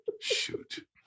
Shoot